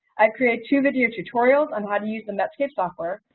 i created two video tutorials on how to use and metscape software,